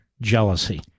jealousy